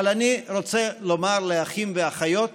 אבל אני רוצה לומר לאחים ולאחיות